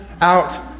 out